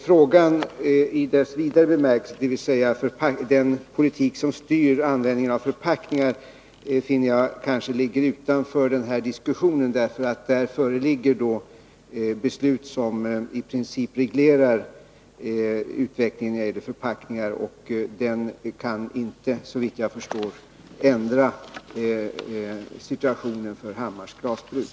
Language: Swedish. Frågan i dess vidare bemärkelse, dvs. den politik som styr användningen av förpackningar, anser jag kanske ligger utanför den här diskussionen. Där föreligger beslut som i princip reglerar utvecklingen när det gäller förpackningar, och politiken härvidlag kan såvitt jag förstår inte ändra situationen för Hammars glasbruk.